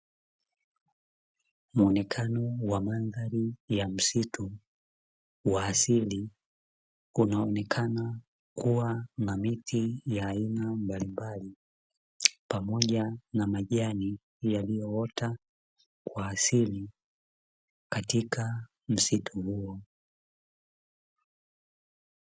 Muonekano wa mandhari ya msitu wa asili, unaonekana kuwa na miti ya aina mbalimbali pamoja na majani yaliyoota kwa asili katika msitu huo.